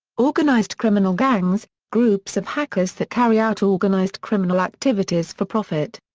organized criminal gangs groups of hackers that carry out organized criminal activities for profit.